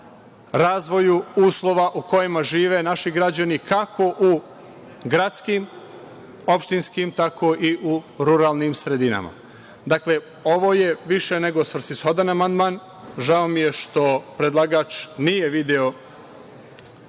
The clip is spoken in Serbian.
razvoju uslova u kojima žive naši građani, kako u gradskim, opštinskim, tako i u ruralnim sredinama. Dakle, ovo je više nego svrsishodan amandman. Žao mi je što predlagač nije video